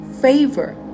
favor